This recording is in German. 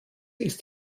ist